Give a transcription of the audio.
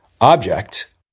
object